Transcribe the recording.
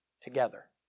Together